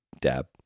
dab